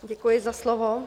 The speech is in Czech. Děkuji za slovo.